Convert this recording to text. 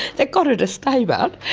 that got her to stay but,